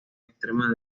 extremos